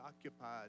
occupied